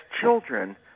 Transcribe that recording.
children